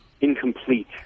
incomplete